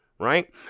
Right